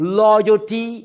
loyalty